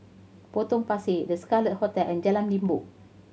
Potong Pasir The Scarlet Hotel and Jalan Limbok